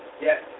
Yes